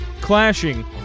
clashing